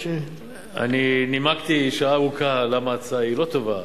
אני נימקתי שעה ארוכה למה ההצעה היא לא טובה.